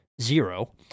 zero